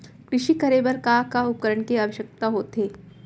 कृषि करे बर का का उपकरण के आवश्यकता होथे?